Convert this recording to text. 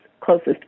closest